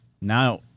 now